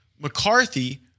McCarthy